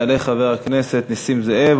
יעלה חבר הכנסת נסים זאב,